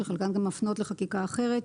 שחלקן גם מפנות לחקיקה אחרת,